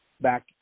back